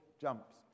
jumps